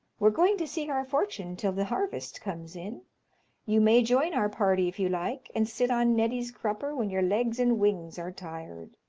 we're going to seek our fortune till the harvest comes in you may join our party if you like, and sit on neddy's crupper when your legs and wings are tired.